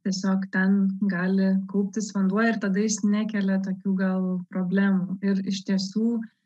tiesiog ten gali kauptis vanduo ir tada jis nekelia tokių gal problemų ir iš tiesų